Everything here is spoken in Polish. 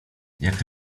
jak